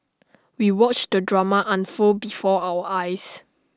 we watched the drama unfold before our eyes